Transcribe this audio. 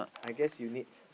I guess you need